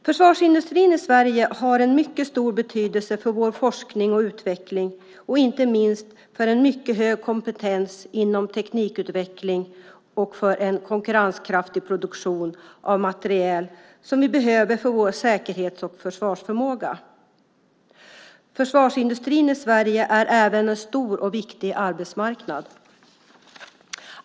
Försvarsindustrin i Sverige har en mycket stor betydelse för vår forskning och utveckling, inte minst för en mycket hög kompetens inom teknikutveckling och för en konkurrenskraftig produktion av materiel som vi behöver för vår säkerhet och försvarsförmåga. Försvarsindustrin i Sverige är även en stor och viktig arbetsmarknad.